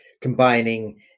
Combining